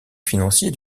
financier